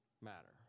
matter